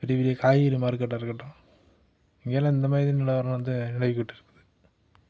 பெரிய பெரிய காய்கறி மார்க்கெட்டாக இருக்கட்டும் இங்கேலாம் இந்த மாதிரி தான் நிலவரம் வந்து நிலவிகிட்டிருக்குது